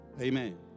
Amen